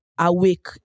Awake